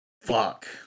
Fuck